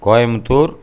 Coimbatore